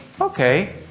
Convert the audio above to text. okay